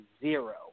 zero